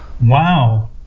Wow